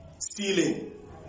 Stealing